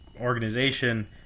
organization